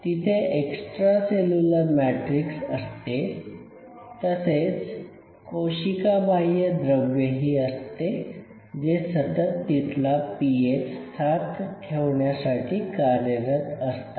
तिथे extra cellular matrix असते तसेच कोशिका बाह्य द्रव्यही असते जे सतत तिथला पीएच ७ ठेवण्यासाठी कार्यरत असतात